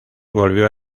volvió